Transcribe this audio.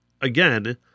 again